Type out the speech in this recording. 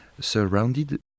surrounded